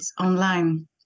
online